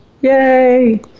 yay